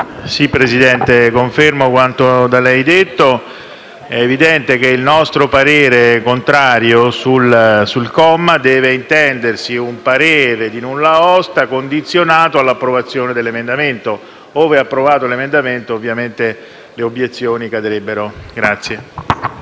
Presidente, confermo quanto da lei detto: è evidente che il nostro parere contrario sul comma deve intendersi come un parere di nulla osta condizionato all'approvazione dell'emendamento. Ove approvato l'emendamento, ovviamente, le obiezioni cadrebbero.